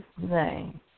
name